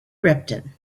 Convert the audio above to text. repton